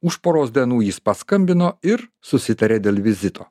už poros dienų jis paskambino ir susitarė dėl vizito